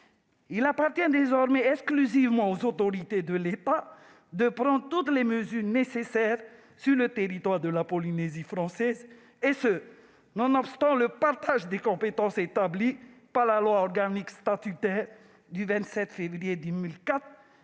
il appartient désormais exclusivement aux autorités de l'État de prendre toutes les mesures nécessaires sur le territoire de la Polynésie française, et ce nonobstant le partage des compétences établi par la loi organique statutaire du 27 février 2004